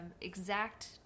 exact